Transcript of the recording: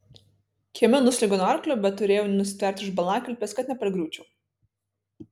kieme nusliuogiau nuo arklio bet turėjau nusitverti už balnakilpės kad nepargriūčiau